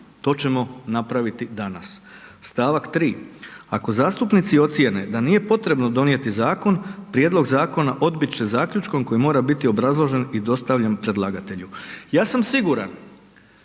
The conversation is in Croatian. To ćemo napraviti danas. Stavak 3: „Ako zastupnici procjene da nije potrebno donijeti zakon prijedlog zakona odbiti će zaključkom koji mora biti obrazložen i dostavljen predlagatelju.“. Ja sam siguran